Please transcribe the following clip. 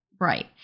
Right